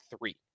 three